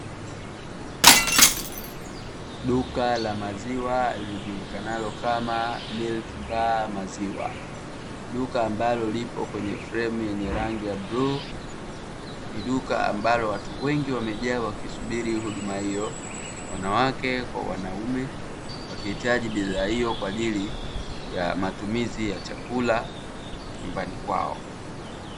Duka la maziwa lijulikanalo kama milki baa maziwa, duka ambalo lipo kwenye fremu ya rangi ya bluu ni duka ambalo watu wengi wamejaa wakisubiri huduma hiyo wanawake kwa wanaume, wakihitaji bidhaa hiyo kwa ajili ya matumizi ya chakula nyumbani kwao.